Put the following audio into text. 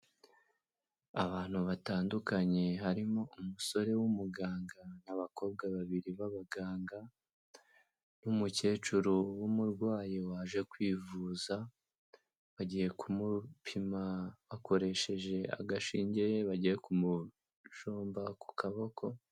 Abantu batandukanye harimo umusore w'umuganga n'abakobwa babiri b'abaganga n'umukecuru w'umurwayi waje kwivuza, bagiye kumupima bakoresheje agashinge bagiye kumujomba ku kaboko.